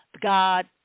God